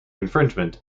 infringement